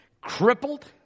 crippled